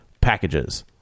packages